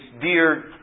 dear